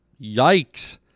Yikes